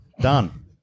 done